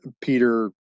Peter